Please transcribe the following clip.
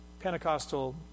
Pentecostal